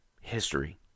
history